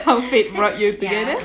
how fate brought you together